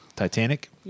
Titanic